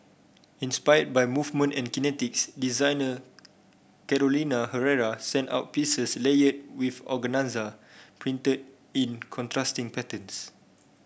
inspired by movement and kinetics designer Carolina Herrera sent out pieces layered with organza printed in contrasting patterns